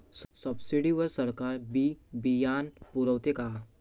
Subsidy वर सरकार बी बियानं पुरवते का?